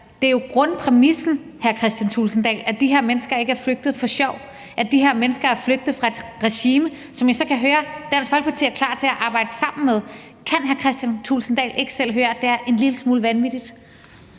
Kristian Thulesen Dahl, at de her mennesker ikke er flygtet for sjov; at de her mennesker er flygtet fra et regime, som jeg så kan høre at Dansk Folkeparti er klar til at arbejde sammen med. Kan hr. Kristian Thulesen Dahl ikke selv høre, at det er en lille smule vanvittigt?